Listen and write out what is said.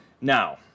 Now